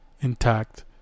intact